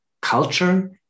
culture